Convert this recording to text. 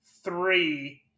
three